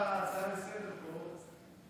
בגלל ההצעה לסדר-היום פה,